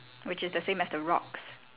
which is the same as the rocks